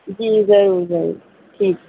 جی ضرور ضرور ٹھیک